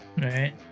Right